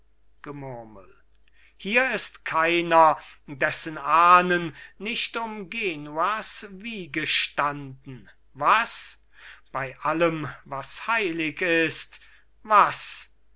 gemurmel hier ist keiner dessen ahnen nicht um genuas wiege standen was bei allem was heilig ist was